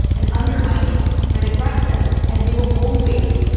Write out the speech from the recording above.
and undermining, and aggressive, and they will always,